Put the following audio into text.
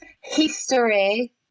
history